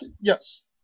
Yes